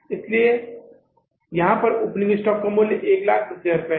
इसलिए यहां पर ओपनिंग स्टॉक का मूल्य 110000 रुपये है